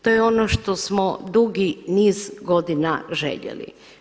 To je ono što smo dugi niz godina željeli.